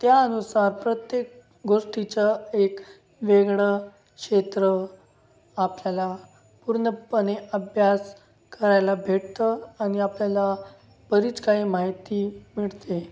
त्यानुसार प्रत्येक गोष्टीचं एक वेगळं क्षेत्र आपल्याला पूर्णपणे अभ्यास करायला भेटतं आणि आपल्याला बरीच काही माहिती मिळते